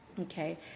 Okay